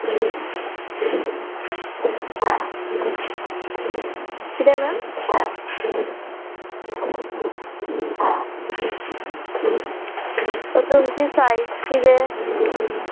किदें मॅम तुमची सायज किदें